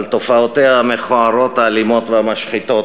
על תופעותיה המכוערות, האלימות והמשחיתות,